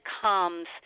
comes